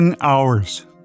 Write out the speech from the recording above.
hours